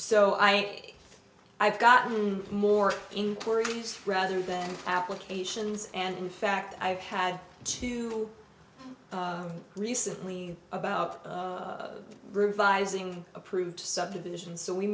so i have gotten more inquiries rather than applications and in fact i've had two recently about revising approved subdivisions so we